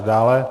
Dále.